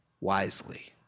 wisely